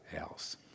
else